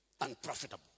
Unprofitable